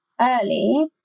early